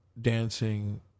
dancing